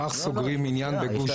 כך סוגרים עניין בגוש דן?